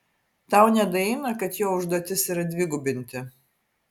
tau nedaeina kad jo užduotis yra dvigubinti